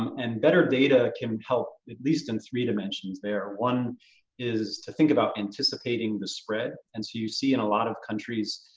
and better data can help at least in three dimensions there. one is to think about anticipating the spread. and so you see in a lot of countries,